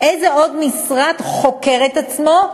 איזה עוד משרד חוקר את עצמו,